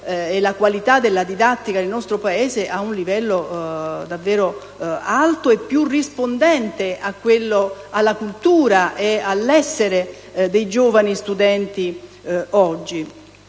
la qualità della didattica nel nostro Paese ad un livello davvero alto e più rispondente alla cultura e all'essere dei giovani studenti oggi.